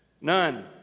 None